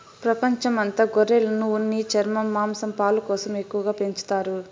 ప్రపంచం అంత గొర్రెలను ఉన్ని, చర్మం, మాంసం, పాలు కోసం ఎక్కువగా పెంచుతారు